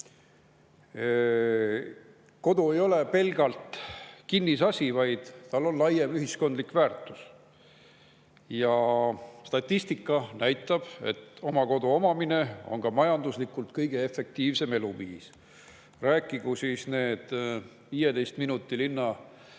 Kodu ei ole pelgalt kinnisasi, vaid sellel on laiem ühiskondlik väärtus. Statistika näitab, et oma kodu omamine on ka majanduslikult kõige efektiivsem eluviis. Rääkigu need 15 minuti linna